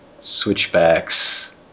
switchbacks